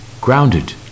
Grounded